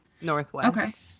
Northwest